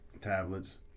Tablets